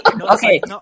Okay